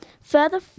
further